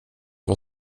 vad